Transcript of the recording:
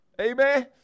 Amen